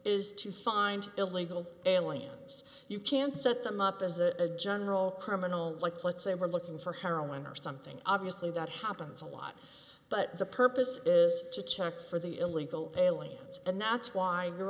is to find illegal aliens you can set them up as a general criminal like let's say we're looking for heroin or something obviously that happens a lot but the purpose is to check for the illegal aliens and that's why you're